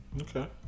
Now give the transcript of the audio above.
Okay